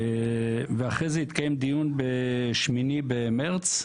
ואחרי זה התקיים דיון ב-8 במרץ,